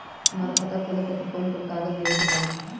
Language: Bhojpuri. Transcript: हमार खाता खोले खातिर कौन कौन कागज देवे के पड़ी?